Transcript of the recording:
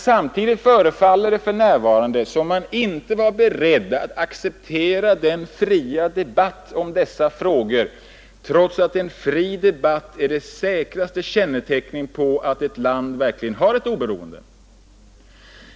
Samtidigt förefaller det emellertid för närvarande som om man inte var beredd att acceptera en fri debatt om dessa frågor, trots att en fri debatt är det säkraste kännetecknet på att ett land verkligen har ett oberoende.